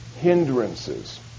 hindrances